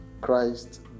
christ